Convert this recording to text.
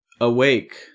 Awake